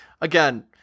again